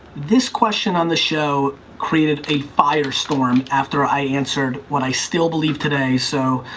this question on the show created a firestorm after i answered what i still believe today, so,